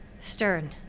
Stern